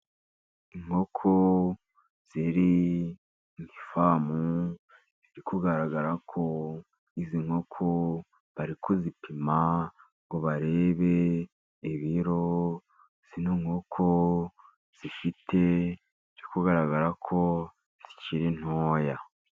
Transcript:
Inkoko ziri mu ifamu ziri kugaragarako izi nkoko bari kuzipima ngo barebe ibiro izi nkoko zifite byo kugaragarako zikiri ntoya.